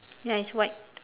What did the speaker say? ya it's white